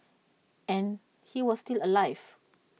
and he was still alive